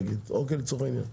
נגיד לצורך העניין,